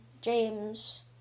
James